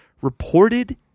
reported